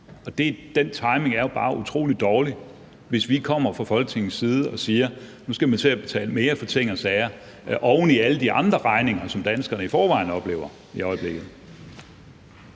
Den timing er bare utrolig dårlig, altså hvis vi kommer fra Folketingets side og siger, at nu skal man til at betale mere for ting og sager oven i alle de andre regninger, som danskerne i forvejen oplever at få i øjeblikket.